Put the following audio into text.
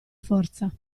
forza